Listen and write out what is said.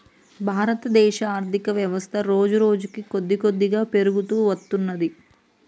భారతదేశ ఆర్ధికవ్యవస్థ రోజురోజుకీ కొద్దికొద్దిగా పెరుగుతూ వత్తున్నది